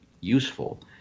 useful